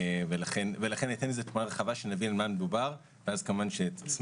ולכן אתן תמונה רחבה כדי שנבין על מה מדובר ואז אשמח